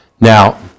Now